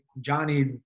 Johnny